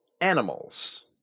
animals